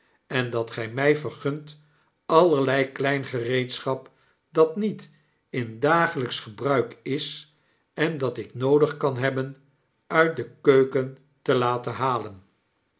en dat gy my vergunt allerlei klein gereedschap dat niet in dagelyksch gebruik is en dat ik noodig kan hebben uit de keuken te laten halen